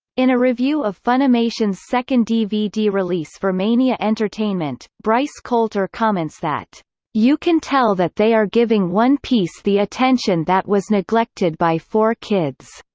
in a review of funimation's second dvd release for mania entertainment, bryce coulter comments that you can tell that they are giving one piece the attention that was neglected by four kids